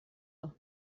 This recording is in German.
noch